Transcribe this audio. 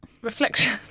Reflection